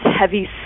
heavy